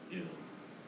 you know